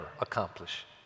accomplish